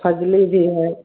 फजली भी है